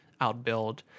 outbuild